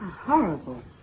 Horrible